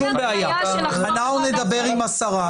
אנחנו נדבר עם השרה.